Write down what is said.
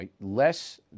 Less